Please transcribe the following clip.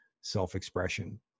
self-expression